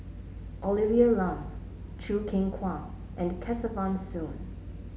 Olivia Lum Choo Keng Kwang and Kesavan Soon